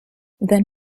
then